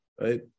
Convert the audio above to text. right